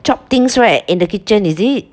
chop things right in the kitchen is it